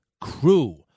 crew